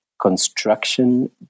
construction